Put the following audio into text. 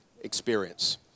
experience